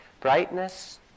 Brightness